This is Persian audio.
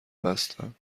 بستند